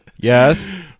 Yes